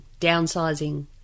downsizing